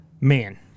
Man